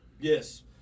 Yes